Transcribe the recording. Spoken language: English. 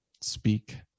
speak